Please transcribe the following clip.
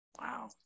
wow